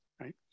right